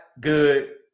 good